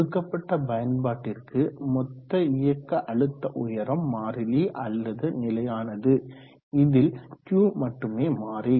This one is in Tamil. கொடுக்கப்பட்ட பயன்பாட்டிற்கு மொத்த இயக்க அழுத்த உயரம் மாறிலி அல்லது நிலையானது இதில் Q மட்டுமே மாறி